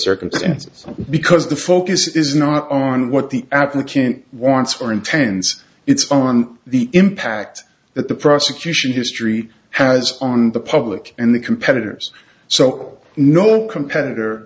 circumstances because the focus is not on what the applicant wants or intends it's on the impact that the prosecution history has on the public and the competitors so no competitor